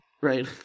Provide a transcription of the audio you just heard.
Right